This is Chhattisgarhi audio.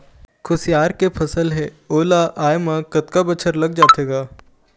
खुसियार के फसल हे ओ ला आय म कतका बछर लग जाथे गा?